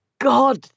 God